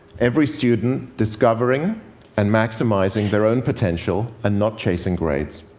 every student discovering and maximizing their own potential and not chasing grades.